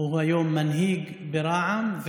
הוא היום מנהיג ברע"מ.